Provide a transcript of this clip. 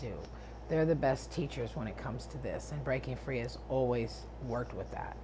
do they're the best teachers when it comes to this breaking free has always worked with that